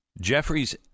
Jeffrey's